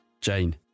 Jane